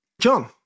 John